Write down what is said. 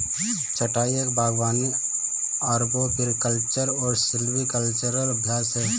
छंटाई एक बागवानी अरबोरिकल्चरल और सिल्वीकल्चरल अभ्यास है